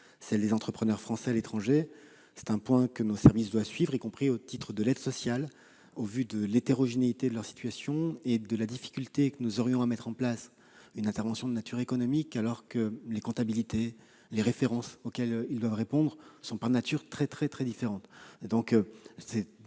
des entrepreneurs français à l'étranger. C'est un point que nos services doivent suivre, y compris au titre de l'aide sociale, au vu de l'hétérogénéité de la situation des entrepreneurs et de la difficulté que nous aurions à mettre en place une intervention de nature économique, les comptabilités et les références auxquelles ils sont soumis étant, par nature, très différentes.